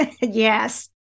Yes